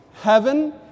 heaven